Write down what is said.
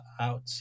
out